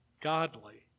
godly